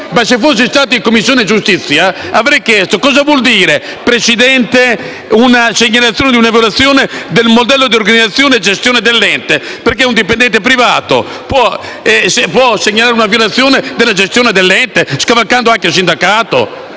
Se fossimo stati in Commissione giustizia avrei chiesto cosa volesse dire la denuncia di una violazione del modello di organizzazione e gestione dell'ente: perché, un dipendente privato può segnalare una violazione della gestione dell'ente, scavalcando anche il sindacato?